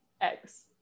eggs